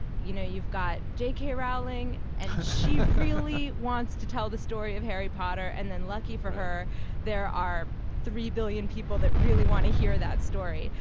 you know you've got jk rowling and she really wants to tell the story of harry potter, and then lucky for her there are three billion people that really want to hear that story.